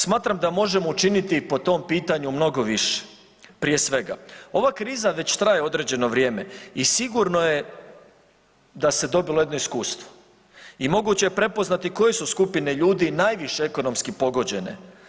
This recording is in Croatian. Smatram da možemo učiniti po tom pitanju mnogo više, prije svega ova kriza već traje određeno vrijeme i sigurno je da se dobilo jedno iskustvo i moguće je prepoznati koje su skupine ljudi najviše ekonomski pogođene.